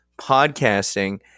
podcasting